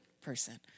person